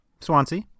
Swansea